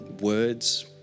words